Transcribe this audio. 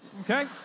okay